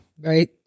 right